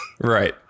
Right